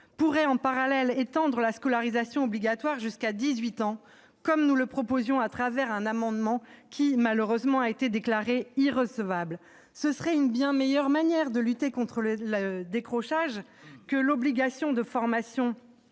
pourrait, en parallèle, étendre l'obligation de la scolarisation à 18 ans, comme nous le proposions au travers d'un amendement, qui a malheureusement été déclaré irrecevable. Ce serait une bien meilleure manière de lutter contre le décrochage que l'obligation de formation